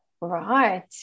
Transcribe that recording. Right